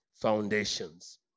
Foundations